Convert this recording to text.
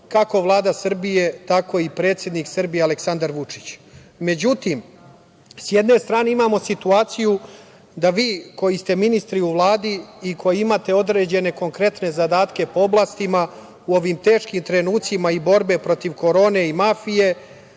kako Vlada Srbije, tako i predsednik Srbije Aleksandar Vučić.Međutim, s jedne strane imamo situaciju da vi koji ste ministri u Vladi i koji imate određene konkretne zadatke po oblastima, u ovim teškim trenucima i borbe protiv korone i mafije,